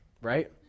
Right